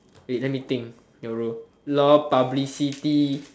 wait let me think your role lol publicity